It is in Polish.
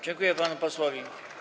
Dziękuję panu posłowi.